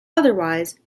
otherwise